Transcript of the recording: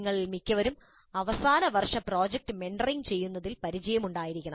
നിങ്ങളിൽ മിക്കവർക്കും അവസാന വർഷ പ്രോജക്റ്റ് മെന്ററിംഗ് ചെയ്യുന്നതിൽ പരിചയമുണ്ടായിരിക്കണം